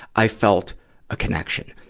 i felt a connection.